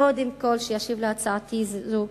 קודם כול שישיב על הצעתי זו,